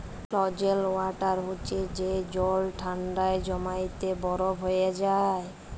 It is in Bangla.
ফ্রজেল ওয়াটার হছে যে জল ঠাল্ডায় জইমে বরফ হঁয়ে যায়